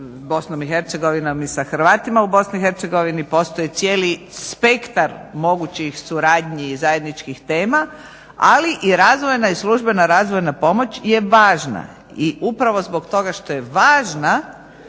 i sa Hrvatima u BiH. Postoji cijeli spektar mogućih suradnji i zajedničkih tema ali i razvojna i službena razvojna pomoć je važna. I upravo zbog toga što je važna